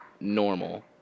normal